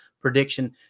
prediction